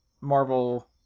Marvel